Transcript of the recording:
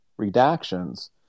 redactions